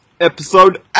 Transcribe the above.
episode